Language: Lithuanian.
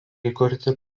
įkurti